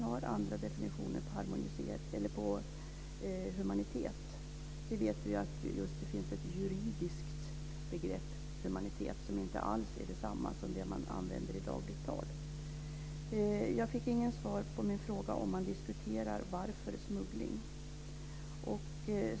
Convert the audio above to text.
Det finns andra definitioner av humanitet. Vi vet att "humanitet" är ett juridiskt begrepp som inte alls är detsamma som det man använder i dagligt tal. Jag fick inget svar på min fråga om man diskuterar varför det sker smuggling.